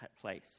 place